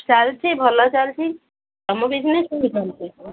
ଚାଲିଛି ଭଲ ଚାଲିଛି ତୁମ ବିଜନେସ୍ କେମିତି ଚାଲିଛି